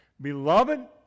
Beloved